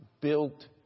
built